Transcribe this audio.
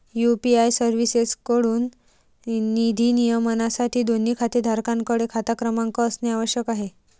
UPI सर्व्हिसेसएकडून निधी नियमनासाठी, दोन्ही खातेधारकांकडे खाता क्रमांक असणे आवश्यक आहे